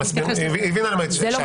היא הבינה מה שאלתי.